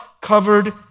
covered